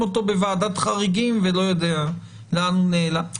אותו בוועדת חריגים ולא יודע לאן הוא נעלם.